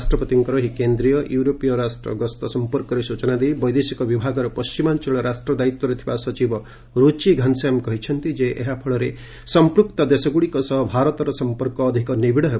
ରାଷ୍ଟ୍ରପତିଙ୍କର ଏହି କେନ୍ଦ୍ରୀୟ ୟୁରୋପୀୟ ରାଷ୍ଟ୍ର ଗସ୍ତ ସମ୍ପର୍କରେ ସ୍ୱଚନା ଦେଇ ବୈଦେଶିକ ବିଭାଗର ପଣ୍ଟିମାଞ୍ଚଳ ରାଷ୍ଟ୍ର ଦାୟିତ୍ୱରେ ଥିବା ସଚିବ ରୂଚି ଘନଶ୍ୟାମ କହିଛନ୍ତି ଯେ ଏହା ଫଳରେ ସମ୍ପୃକ୍ତ ଦେଶଗ୍ରଡ଼ିକ ସହ ଭାରତର ସମ୍ପର୍କ ଅଧିକ ନିବିଡ଼ ହେବ